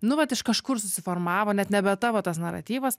nu vat iš kažkur susiformavo net nebe tavo tas naratyvas